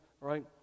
right